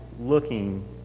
looking